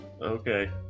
Okay